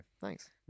Thanks